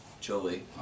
Jolie